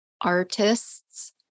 Artists